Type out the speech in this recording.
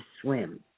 swim